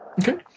Okay